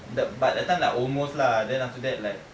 the but that time like almost lah then after that like